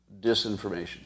disinformation